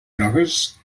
grogues